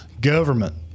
Government